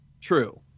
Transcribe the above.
True